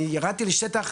אני ירדתי לשטח